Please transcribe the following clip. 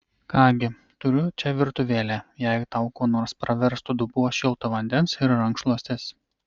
ką gi turiu čia virtuvėlę jei tau kuo nors praverstų dubuo šilto vandens ir rankšluostis